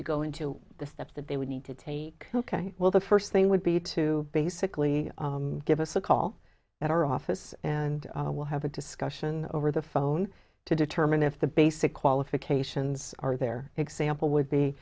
you go into the steps that they would need to take ok well the first thing would be to basically give us a call at our office and we'll have a discussion over the phone to determine if the basic qualifications are there example would be